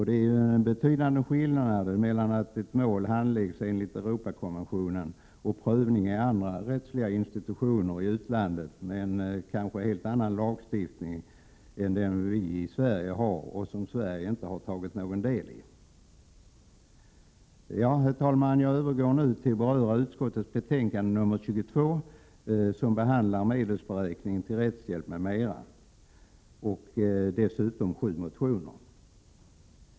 Det är emellertid en betydande skillnad mellan att ett mål handläggs enligt Eruopakonventionen och prövning i andra rättsliga institutioner i utlandet med en annan lagstiftning som grund och som Sverige inte har någon del i. Jag övergår nu till att beröra utskottets betänkande nr 22 som behandlar regeringens förslag till medelsberäkningen till rättshjälp m.m. samt sju motioner.